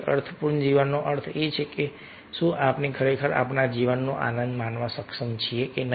અર્થપૂર્ણ જીવનનો અર્થ એ છે કે શું આપણે ખરેખર આપણા જીવનનો આનંદ માણવા સક્ષમ છીએ કે નહીં